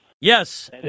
Yes